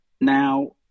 Now